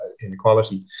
inequality